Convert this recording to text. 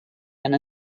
and